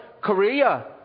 Korea